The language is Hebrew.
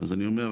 אז אני אומר,